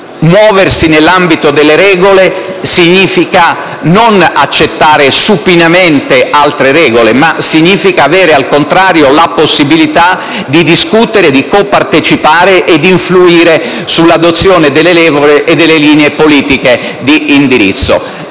Muoversi nell'ambito delle regole significa non accettare supinamente altre regole, ma avere, al contrario, la possibilità di discutere, di compartecipare e di influire sull'adozione delle regole e delle linee politiche di indirizzo.